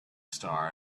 star